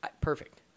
Perfect